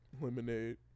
Lemonade